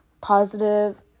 positive